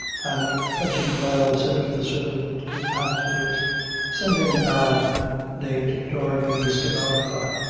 and touching the bell, said to the servant who answered it send in the man named darby skinadre.